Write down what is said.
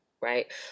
Right